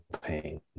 pain